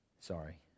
Sorry